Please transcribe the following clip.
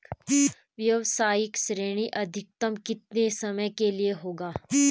व्यावसायिक ऋण अधिकतम कितने समय के लिए होगा?